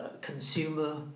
consumer